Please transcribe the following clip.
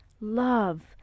Love